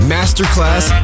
Masterclass